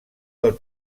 del